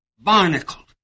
barnacled